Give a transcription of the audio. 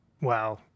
Wow